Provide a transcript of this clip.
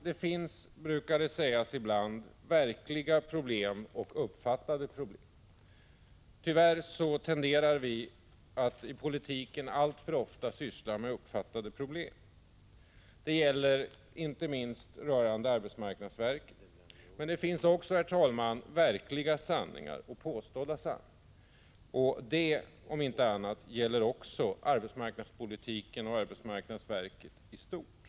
Det brukar ibland sägas att det finns verkliga problem och uppfattade problem. Tyvärr tenderar vi inom politiken att alltför ofta syssla med ”uppfattade problem”. Detta gäller inte minst frågor som rör arbetsmarknadsverket. Men det finns också verkliga sanningar och sådant som påstås vara sanningar, och detta gäller om inte annat arbetsmarknadspolitiken och arbetsmarknadsverket i stort.